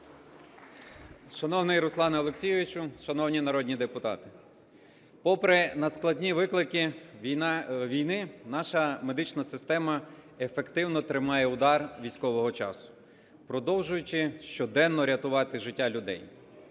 Шановний Руслане Олексійовичу, шановні народні депутати! Попри надскладні виклики війни наша медична система ефективно тримає удар військового часу, продовжуючи щоденно рятувати життя людей.